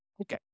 Okay